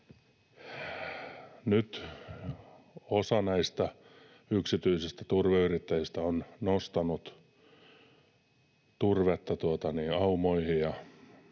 Nyt osa näistä yksityisistä turveyrittäjistä on nostanut turvetta aumoihin,